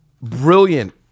brilliant